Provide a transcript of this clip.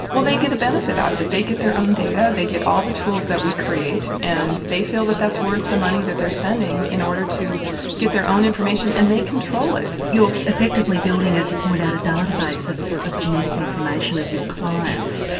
well they get a benefit out of it, they get their own data, they get all the tools that we create and they feel that that's worth the money that they're spending in order to get their own information and they control it. you're effectively building as you point out a data base of of genetic information of your clients,